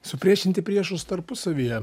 supriešinti priešus tarpusavyje